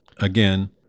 again